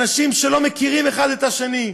אנשים שלא מכירים אחד את השני.